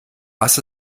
hast